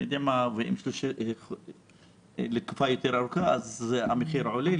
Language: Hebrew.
ואם זה לתקופה יותר ארוכה המחיר עולה,